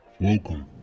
Welcome